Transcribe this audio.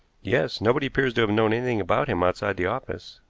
yes. nobody appears to have known anything about him outside the office.